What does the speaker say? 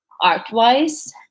art-wise